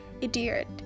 idiot